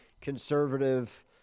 conservative